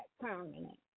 permanent